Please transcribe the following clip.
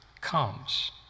comes